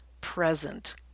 present